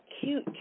cute